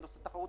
בנושא תחרות,